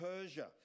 Persia